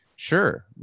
sure